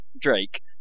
Drake